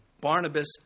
Barnabas